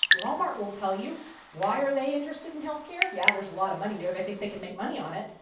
wal-mart will tell you why are they interested in healthcare? yeah, there's a lot of money there. they think they can make money on it.